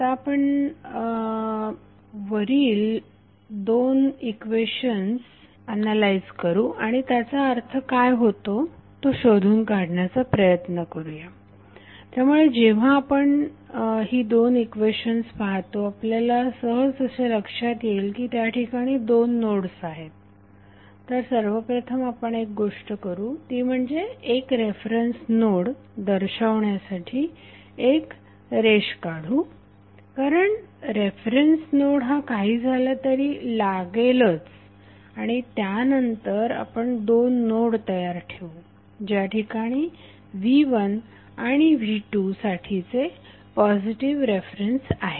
तर आपण आता वरील दोन इक्वेशन्स एनालाइज करू आणि त्याचा अर्थ काय होतो तो शोधून काढण्याचा प्रयत्न करुया त्यामुळे जेव्हा आपण हे दोन इक्वेशन्स पाहतो आपल्याला असे लक्षात येईल की त्या ठिकाणी दोन नोड्स आहेत तर सर्वप्रथम आपण एक गोष्ट करू ती म्हणजे एक रेफरन्स नोड दर्शवण्यासाठी एक रेष काढू कारण रेफरन्स नोड हा काही झाले तरी लागेलच आणि त्यानंतर आपण दोन नोड तयार ठेवू ज्या ठिकाणी v1आणि v2 साठीचे पॉझिटिव्ह रेफरन्स आहेत